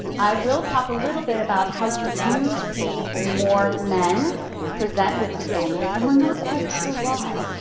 i will talk a little bit about how we do see more men present with the illness and we're not quite sure why.